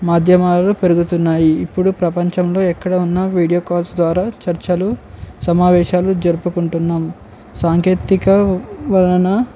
మాధ్యమాలు పెరుగుతున్నాయి ఇప్పుడు ప్రపంచంలో ఎక్కడ ఉన్న వీడియో కాల్స్ ద్వారా చర్చలు సమావేశాలు జరుపుకుంటున్నాం సాంకేతిక వలన